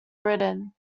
britain